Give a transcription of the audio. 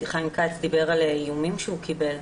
דיבר על איומים שהוא קיבל.